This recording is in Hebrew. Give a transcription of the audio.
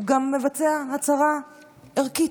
הוא גם מבצע הצהרה ערכית.